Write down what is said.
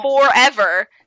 forever